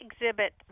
exhibit